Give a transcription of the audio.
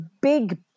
big